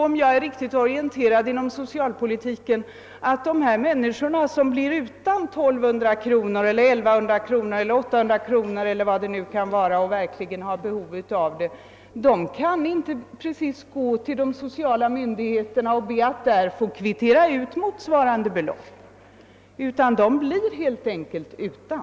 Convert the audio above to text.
Om jag är riktigt orienterad i fråga om socialpolitiken kan inte de människor, som blir utan 1 200, 1100 eller 800 kronor eller vad det nu kan vara och verkligen har behov därav, gå till de sociala myndigheterna och be att få kvittera ut motsvarande belopp. De blir helt enkelt utan.